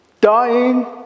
Dying